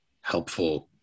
helpful